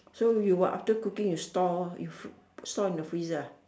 so you what after cooking you store you store in the freezer ah